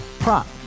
Prop